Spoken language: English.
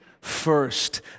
first